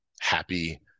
happy